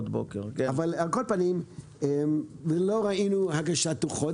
לא ראינו הגשת דוחות.